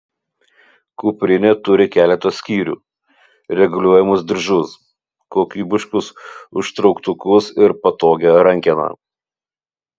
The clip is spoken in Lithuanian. kuprinė turi keletą skyrių reguliuojamus diržus kokybiškus užtrauktukus ir patogią rankeną